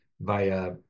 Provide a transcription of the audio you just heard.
via